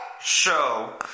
Show